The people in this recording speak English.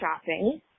shopping